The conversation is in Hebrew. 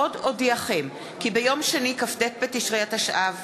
עוד אודיעכם, כי ביום שני, כ”ט בתשרי התשע"ו,